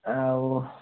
ଆଉ